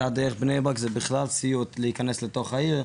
דרך בני ברק זה בכלל סיוט, להיכנס לתוך העיר.